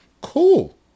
cool